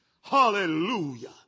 hallelujah